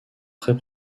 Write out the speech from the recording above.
très